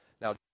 Now